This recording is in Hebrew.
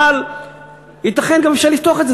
אבל ייתכן שאפשר עוד לפתוח את זה.